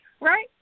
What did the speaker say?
Right